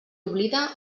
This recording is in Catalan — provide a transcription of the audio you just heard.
oblida